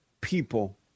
people